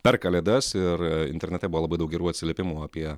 per kalėdas ir internate buvo labai daug gerų atsiliepimų apie